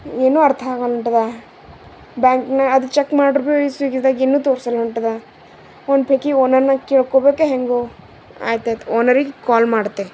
ಏನೂ ಅರ್ಥ ಆಗಲ್ಲ ಹೊಂಟದ ಬ್ಯಾಂಕಿನಗ ಅದು ಚೆಕ್ ಮಾಡ್ರಿ ಬೀ ಸ್ವಿಗ್ಗಿದಾಗ ಇನ್ನೂ ತೋರ್ಸಲ್ಲ ಹೊಂಟದ ಕೇಳ್ಕೋಬೇಕು ಹೇಗೊ ಆಯ್ತು ಆಯ್ತು ಓನರಿಗೆ ಕಾಲ್ ಮಾಡ್ತೆ